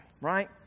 right